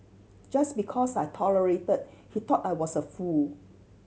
just because I tolerated he thought I was a fool